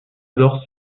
alors